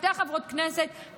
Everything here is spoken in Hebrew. שתי חברות הכנסת,